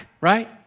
right